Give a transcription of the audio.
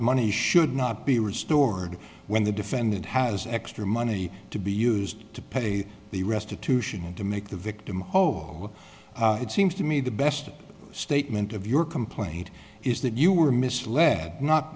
money should not be restored when the defendant has extra money to be used to pay the restitution and to make the victim oh it seems to me the best statement of your complaint is that you were misled not